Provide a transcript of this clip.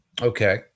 Okay